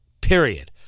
Period